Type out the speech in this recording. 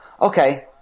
Okay